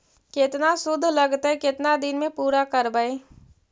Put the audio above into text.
केतना शुद्ध लगतै केतना दिन में पुरा करबैय?